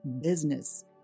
business